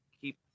keep